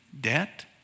debt